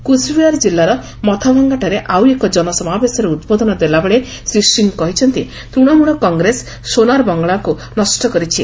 କୁଚ୍ବିହାର ଜିଲ୍ଲାର ମଥାଭଙ୍ଗାଠାରେ ଆଉ ଏକ ଜନସମାବେଶରେ ଉଦ୍ବୋଧନ ଦେଲାବେଳେ ଶ୍ରୀ ସିଂ କହିଛନ୍ତି ତୂଶମଳ କଂଗ୍ରେସ ସୋନାର ବଙ୍ଗଳାକୁ ନଷ୍ଟ କରିଛି